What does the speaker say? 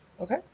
Okay